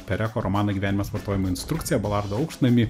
pereko romaną gyvenimas vartojimo instrukcija balardo aukštnamį